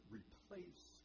replace